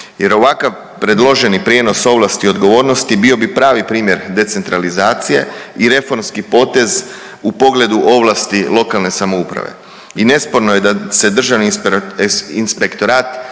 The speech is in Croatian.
jer ovakav predloženi prijenos ovlasti i odgovornosti bio bi pravi primjer decentralizacije i reformski potez u pogledu ovlasti lokalne samouprave. I nesporno je da se Državni inspektorat